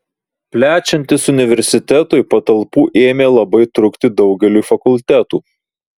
plečiantis universitetui patalpų ėmė labai trūkti daugeliui fakultetų